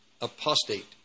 Apostate